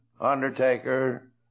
undertaker